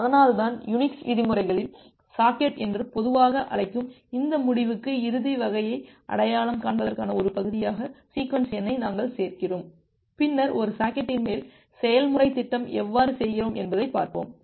அதனால்தான் யுனிக்ஸ் விதிமுறைகளில் சாக்கெட் என்று பொதுவாக அழைக்கும் இந்த முடிவுக்கு இறுதி வகையை அடையாளம் காண்பதற்கான ஒரு பகுதியாக சீக்வென்ஸ் எண்ணை நாங்கள் சேர்க்கிறோம் பின்னர் ஒரு சாக்கெட்டின் மேல் செயல்முறைத் திட்டம் எவ்வாறு செய்கிறோம் என்பதைப் பார்ப்போம்